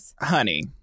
honey